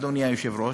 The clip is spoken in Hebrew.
אדוני היושב-ראש,